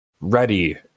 ready